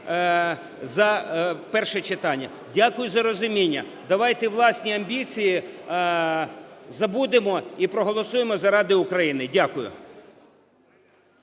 за перше читання. Дякую за розуміння. Давайте власні амбіції забудемо і проголосуємо заради України. Дякую.